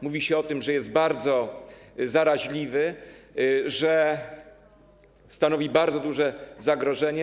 Mówi się, że jest bardzo zaraźliwy, że stanowi bardzo duże zagrożenie.